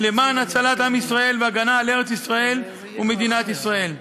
למען הצלת עם ישראל והגנה על ארץ-ישראל ומדינת ישראל.